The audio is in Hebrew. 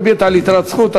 ריבית על יתרת זכות),